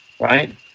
right